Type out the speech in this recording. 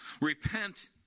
Repent